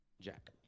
Jack